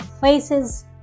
faces